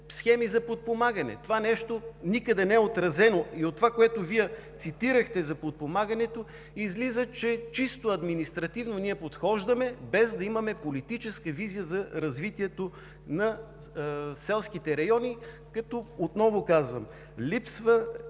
схеми за подпомагане? Това нещо никъде не е отразено. И от това, което цитирахте за подпомагането, излиза, че ние подхождаме чисто административно, без да имаме политическа визия за развитието на селските райони. Отново казвам, липсва